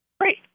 Great